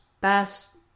best